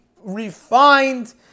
refined